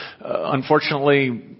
unfortunately